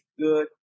good